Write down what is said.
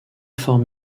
forme